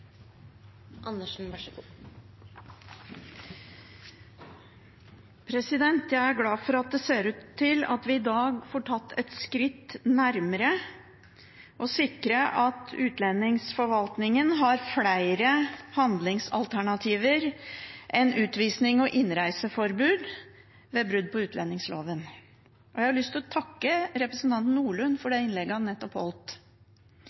glad for at det ser ut til at vi i dag får tatt et skritt nærmere å sikre at utlendingsforvaltningen har flere handlingsalternativer enn utvisning og innreiseforbud ved brudd på utlendingsloven. Jeg har lyst til å takke representanten Nordlund for det innlegget han nettopp holdt.